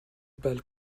bal